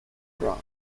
crown